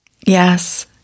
Yes